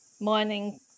mining